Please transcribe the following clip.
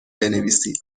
بنویسید